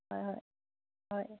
ꯍꯣꯏ ꯍꯣꯏ ꯍꯣꯏ